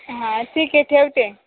हा ठीक आहे ठेवते